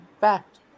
fact